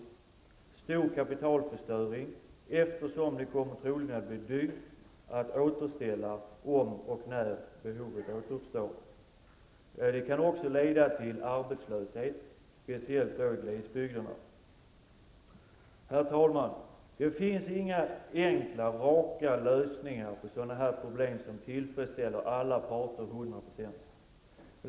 Det kommer att leda till en stor kapitalförstöring, eftersom det troligen kommer att bli dyrt att återställa om och när behovet återuppstår. Det kan också leda till arbetslöshet, särskilt i glesbygderna. Herr talman! Det finns inga enkla raka lösningar på sådana problem som tillfredställer alla parter till 100 %.